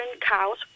cows